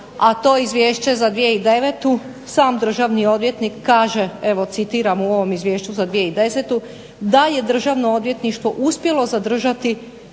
A to Izvješće za 2009. sam državni odvjetnik kaže, evo citiram u ovom Izvješću za 2010. "da je državno odvjetništvo uspjelo zadržati